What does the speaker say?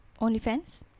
OnlyFans